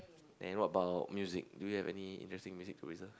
and what about music do you have any interesting music to preserve